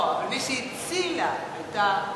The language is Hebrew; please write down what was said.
לא, אבל מי שהצילה היתה אשה.